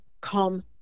come